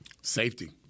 Safety